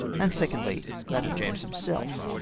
and secondly, that of james himself.